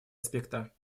аспекта